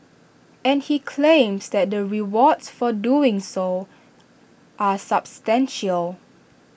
and he claims that the rewards for doing so are substantial